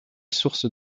source